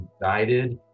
guided